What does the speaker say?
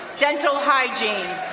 dental hygiene.